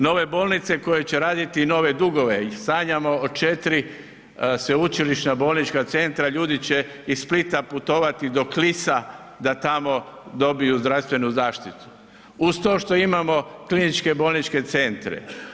Nove bolnice koje će raditi nove dugova i sanjamo o četiri sveučilišna bolnička centra, ljudi će iz Splita putovati do Klisa da tamo dobiju zdravstvenu zaštitu uz to što imamo kliničke bolničke centre.